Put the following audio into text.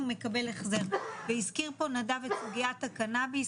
מקבל החזר והזכיר פה נדב את סוגיית הקנאביס,